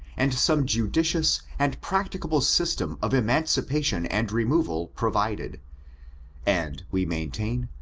and some judicious and practicahle system of emancipation and removal provided and we maintain,